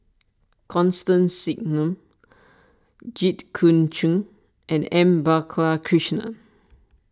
Constance Singam Jit Koon Ch'ng and M Balakrishnan